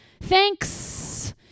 thanks